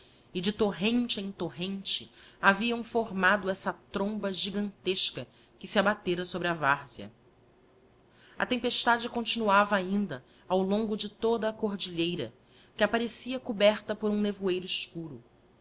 e de torrente em torrente haviam formado essa omba gigantesca que se abatera sobre a várzea a tempestade continuava ainda ao longo de toda a cordilheira que apparecia coberta por um nevoeiro escuro